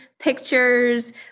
pictures